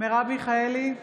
מרב מיכאלי,